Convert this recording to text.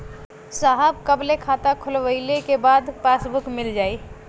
साहब कब ले खाता खोलवाइले के बाद पासबुक मिल जाई?